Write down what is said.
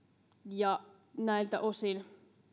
näiltä osin